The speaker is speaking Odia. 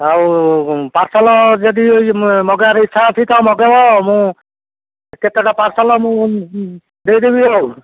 ଆଉ ପାର୍ସଲ ଯଦି ମଗେଇବାର ଇଚ୍ଛା ଅଛି ତ ମଗେଇବ ମୁଁ କେତେଟା ପାର୍ସଲ ମୁଁ ଦେଇଦେବି ଆଉ